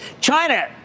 China